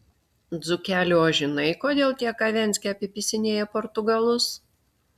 dzūkeli o žinai kodėl tie kavenski apipisinėja portugalus